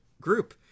group